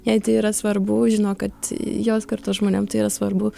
jai tai yra svarbu žino kad jos kartos žmonėm tai yra svarbu